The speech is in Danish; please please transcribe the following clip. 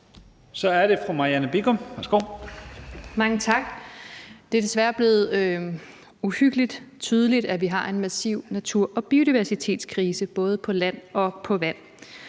Kl. 16:30 Marianne Bigum (SF): Mange tak. Det er desværre blevet uhyggelig tydeligt, at vi har en massiv natur- og biodiversitetskrise både til lands og til vands,